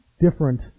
different